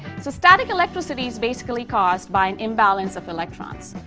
so static electricity is basically caused by an imbalance of electrons.